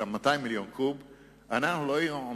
אילו לא היו מקצצים לנו את ה-200 מיליון קוב,